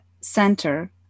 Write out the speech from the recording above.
center